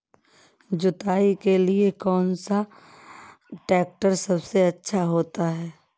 जुताई के लिए कौन सा ट्रैक्टर सबसे अच्छा होता है?